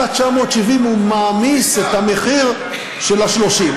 על ה-970 הוא מעמיס את המחיר של ה-30.